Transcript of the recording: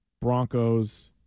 Broncos